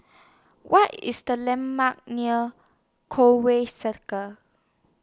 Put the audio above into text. What IS The landmarks near Conway Circle